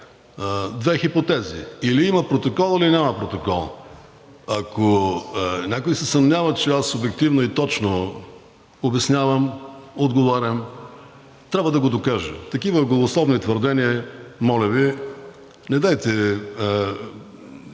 две хипотези – или има протокол, или няма протокол. Ако някой се съмнява, че обективно и точно обяснявам, отговарям, трябва да го докаже. Такива голословни твърдения, моля Ви, недейте